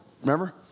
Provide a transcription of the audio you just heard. Remember